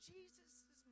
Jesus